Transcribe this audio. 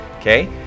okay